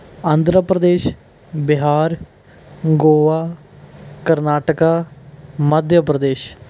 Andhra Pradesh Bihar Goa Karnataka Madhya Pradesh